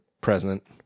present